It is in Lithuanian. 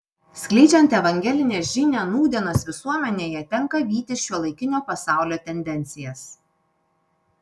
skleidžiant evangelinę žinią nūdienos visuomenėje tenka vytis šiuolaikinio pasaulio tendencijas